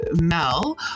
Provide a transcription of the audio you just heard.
Mel